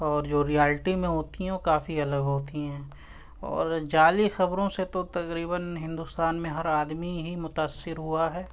اور جو ریالٹی میں ہوتی ہیں وہ کافی الگ ہوتی ہیں اور جعلی خبروں سے تو تقریباً ہندوستان میں ہر آدمی ہی متاثر ہوا ہے